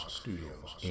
studios